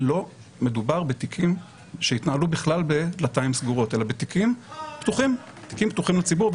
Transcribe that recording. לא מדובר בתיקים שהתנהלו בכלל בדלתיים סגורות אלא בתיקים פתוחים לציבור,